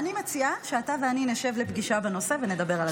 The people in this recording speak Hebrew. אני מציעה שאתה ואני נשב לפגישה בנושא ונדבר על הדברים.